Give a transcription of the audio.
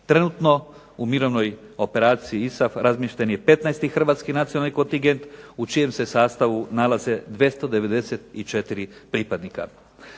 Trenutno u mirovnoj operaciji ISAF razmješten je 15. hrvatski nacionalni kontingent u čijem se sastavu nalaze 294 pripadnika.